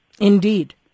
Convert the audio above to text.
Indeed